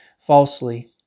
falsely